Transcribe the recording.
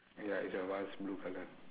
ya it's a vase blue colour